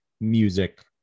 music